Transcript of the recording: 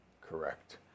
correct